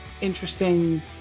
interesting